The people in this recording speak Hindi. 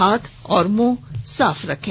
हाथ और मुंह साफ रखें